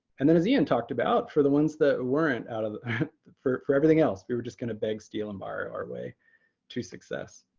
and then as ian talked about, for the ones that weren't out of for for everything else, we were just going to beg, steal, and borrow our way to success.